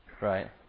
Right